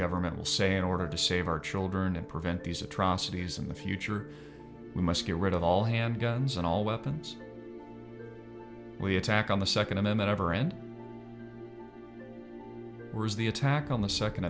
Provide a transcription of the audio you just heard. government will say in order to save our children and prevent these atrocities in the future we must get rid of all handguns and all weapons we attack on the second amendment ever and the attack on the second